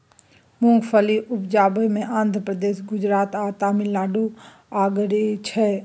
मूंगफली उपजाबइ मे आंध्र प्रदेश, गुजरात आ तमिलनाडु अगारी छै